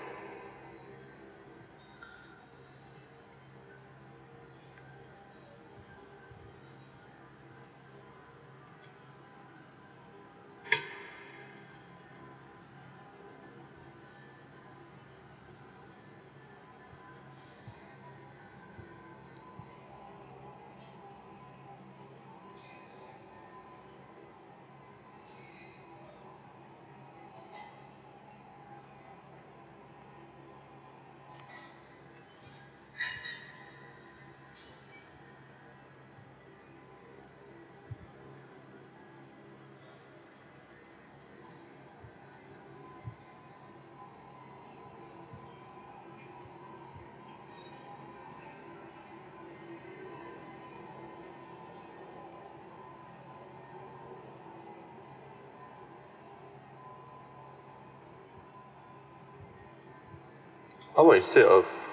always say of